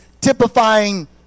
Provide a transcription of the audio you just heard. typifying